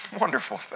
Wonderful